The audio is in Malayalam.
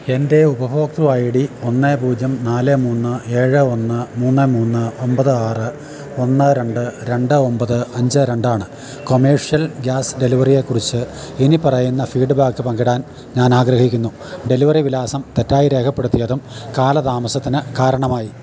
എൻ്റെ ഉപഭോക്തൃ ഐ ഡി ഒന്ന് പൂജ്യം നാല് മൂന്ന് ഏഴ് ഒന്ന് മൂന്ന് മൂന്ന് ഒമ്പത് ആറ് ഒന്ന് രണ്ട് രണ്ട് ഒമ്പത് അഞ്ച് രണ്ടാണ് കൊമേർഷ്യൽ ഗ്യാസ് ഡെലിവറിയെക്കുറിച്ച് ഇനിപ്പറയുന്ന ഫീഡ്ബാക്ക് പങ്കിടാൻ ഞാനാഗ്രഹിക്കുന്നു ഡെലിവറി വിലാസം തെറ്റായി രേഖപ്പെടുത്തിയതും കാലതാമസത്തിന് കാരണമായി